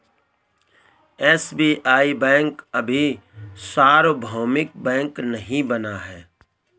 SBI bank अभी सार्वभौमिक bank नहीं बना है